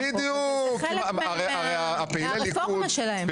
זה חלק מהרפורמה שלהם.